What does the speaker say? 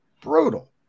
brutal